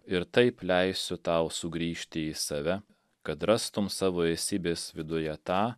ir taip leisiu tau sugrįžti į save kad rastum savo esybės viduje tą